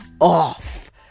off